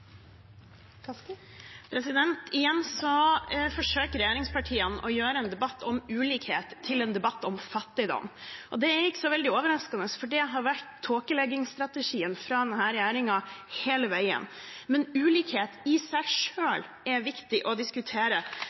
Igjen forsøker regjeringspartiene å gjøre en debatt om ulikhet til en debatt om fattigdom. Det er ikke så veldig overraskende, for det har vært tåkeleggingsstrategien fra denne regjeringen hele veien. Men ulikhet i seg selv er viktig å diskutere.